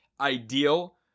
ideal